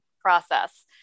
process